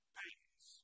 pains